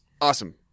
Awesome